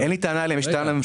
יש לי טענה לממשלה.